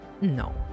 no